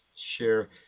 share